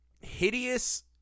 hideous